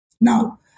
Now